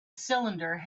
cylinder